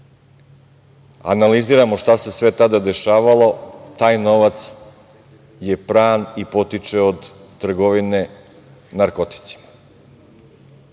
analiziramo šta se sve sada dešavalo, taj novac je pran i potiče od trgovine narkoticima.